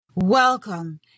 Welcome